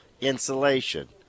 insulation